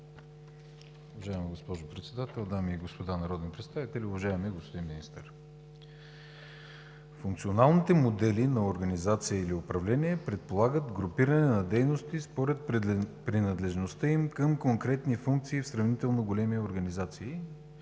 Уважаема госпожо председател, дами и господа народни представители, уважаеми господин министър! Функционалните модели на организация или управление предполагат групиране на дейности според принадлежността им към конкретни функции в сравнително големи организации,